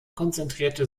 konzentrierte